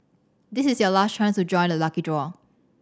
this is your last chance to join the lucky draw